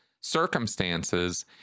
circumstances